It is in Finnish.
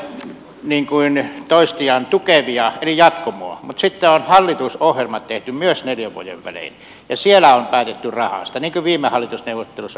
ne ovat olleet toisiaan tukevia eli jatkumoa mutta sitten on hallitusohjelmat tehty myös neljän vuoden välein ja siellä on päätetty rahasta niin kuin viime hallitusneuvotteluissa päätettiin rahasta